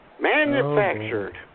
Manufactured